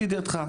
לידיעתך.